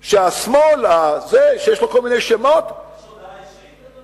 שהשמאל, זה שיש לו כל מיני שמות, יש הודעה אישית,